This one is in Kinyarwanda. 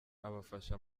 abafasha